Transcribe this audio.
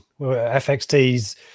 fxt's